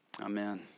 amen